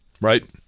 right